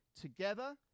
together